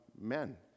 men